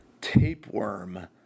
tapeworm